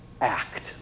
act